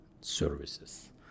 services